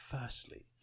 Firstly